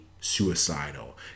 suicidal